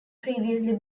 previously